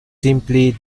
simply